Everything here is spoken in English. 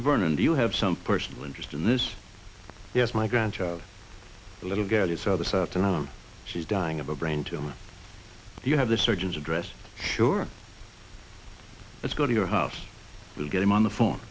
vernon do you have some personal interest in this yes my grandchild the little girl you saw the staten island she's dying of a brain tumor you have the surgeons address sure let's go to your house we'll get him on the phone